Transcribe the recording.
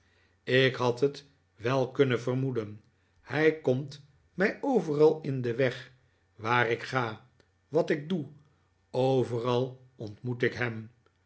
ik had het wel kunnen vermoeden hij komt mij overal in den weg waar ik ga wat ik doe overal ontmoet ik hem